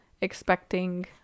expecting